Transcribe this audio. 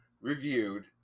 reviewed